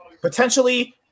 potentially